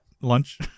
lunch